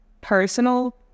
personal